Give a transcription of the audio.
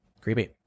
Creepy